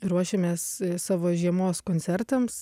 ruošiamės savo žiemos koncertams